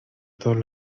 todos